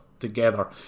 Together